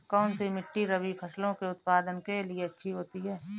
कौनसी मिट्टी रबी फसलों के उत्पादन के लिए अच्छी होती है?